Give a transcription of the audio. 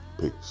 Peace